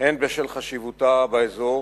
הן בשל חשיבותה באזור